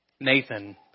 Nathan